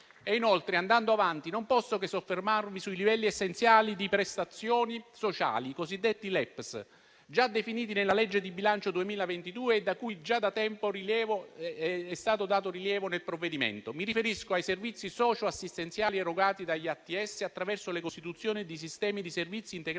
Inoltre, non posso che soffermarmi sui livelli essenziali delle prestazioni sociali, i cosiddetti LEPS, già definiti nella legge di bilancio 2022 e cui già da tempo è stato dato rilievo nel provvedimento. Mi riferisco ai servizi socioassistenziali erogati dagli ambiti territoriali sociali (ATS) attraverso la costituzione di sistemi di servizi integrati